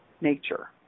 nature